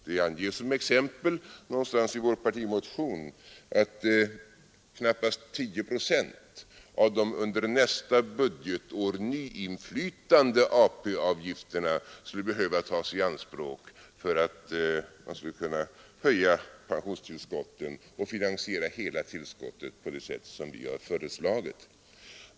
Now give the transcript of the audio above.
Vi anger som exempel någonstans i vår partimotion att knappast 10 procent av de under nästa budgetår nyinflytande ATP-avgifterna skulle behöva tas i anspråk för att man skulle kunna höja pensionstillskotten och finansiera hela tillskottet på det sätt som vi har föreslagit.